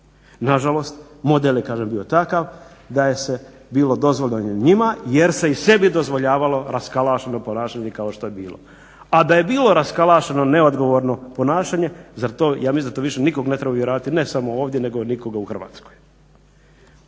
Na žalost, model je kažem bio takav da je bilo dozvoljeno njima, jer se i sebi dozvoljavalo raskalašeno ponašanje kao što je bilo. A da je bilo raskalašeno, neodgovorno ponašanje zar to, ja mislim da to više nikog ne treba uvjeravati ne samo ovdje, nego nikoga u Hrvatskoj.